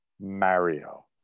Mario